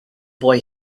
boy